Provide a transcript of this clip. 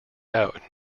out